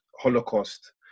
Holocaust